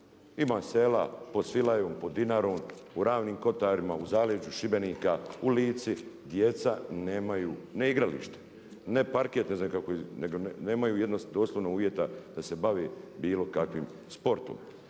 ima sela pod Svilajom, pod Dinarom, u Ravnim kotarima, u zaleđu Šibenika, u Lici djeca nemaju ne igralište, ne parket nego nemaju doslovno uvjeta da se bave bilo kakvim sportom.